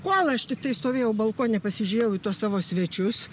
kol aš tiktai stovėjau balkone pasižiūrėjau į tuos savo svečius